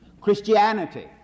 Christianity